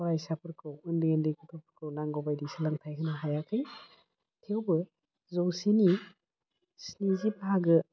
फरायसाफोरखौ उन्दै उन्दै गथ'फोरखौ नांगौबायदि सोलोंथाइ होनो हायाखै थेवबो जौसेनि स्निजि बाहागो